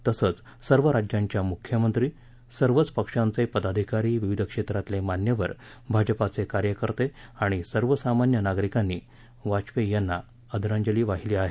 तसंच सर्व राज्यांच्या मुख्यमंत्री सर्वच पक्षांचे पदाधिकारी विविध क्षेत्रातले मान्यवर भाजपाचे कार्यकर्ते आणि सर्वसामान्य नागरिकांनी वाजपेयी यांना श्रद्वांजली वाहिली आहे